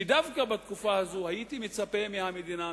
שדווקא בתקופה הזאת הייתי מצפה מהמדינה,